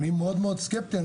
אני מאוד-מאוד סקפטי.